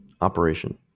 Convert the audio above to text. operation